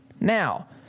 Now